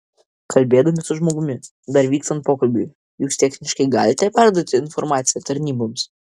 kalbėdami su žmogumi dar vykstant pokalbiui jūs techniškai galite perduoti informaciją tarnyboms